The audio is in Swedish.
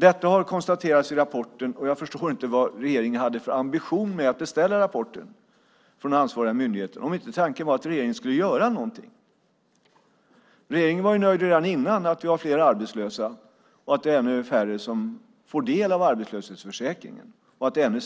Detta har konstaterats i rapporten, och jag förstår inte vad regeringen hade för ambition med att beställa rapporten från ansvariga myndigheter om inte tanken var att regeringen skulle göra någonting. Regeringen var redan innan nöjd med att det finns fler arbetslösa och att ännu färre får del av ersättningen från arbetslöshetsförsäkringen. Det är